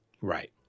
Right